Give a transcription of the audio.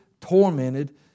tormented